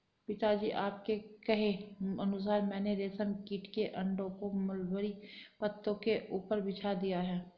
पिताजी आपके कहे अनुसार मैंने रेशम कीट के अंडों को मलबरी पत्तों के ऊपर बिछा दिया है